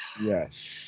Yes